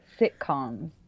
sitcoms